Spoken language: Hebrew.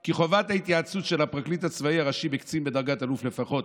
כי חובת ההתייעצות של הפרקליט הצבאי הראשי בקצין בדרגת אלוף לפחות,